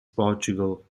portugal